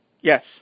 Yes